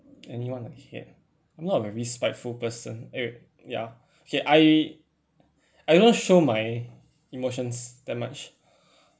anyone I hate ah I'm not a very spiteful person eh ya okay I I don't show my emotions that much